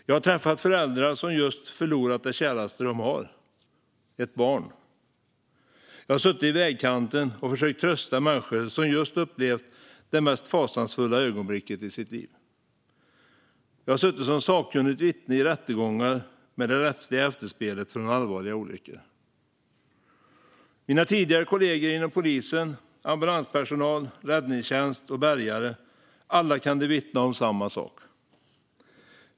Jag har träffat föräldrar som just förlorat det käraste de har - ett barn. Jag har suttit vid vägkanten och försökt trösta människor som just upplevt det mest fasansfulla ögonblicket i sitt liv. Jag har suttit som sakkunnigt vittne i rättegångar med det rättsliga efterspelet från allvarliga olyckor. Mina tidigare kollegor inom polis, ambulanspersonal, räddningstjänst och bärgare kan alla vittna om samma sak.